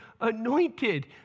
anointed